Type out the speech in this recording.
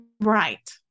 Right